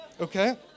okay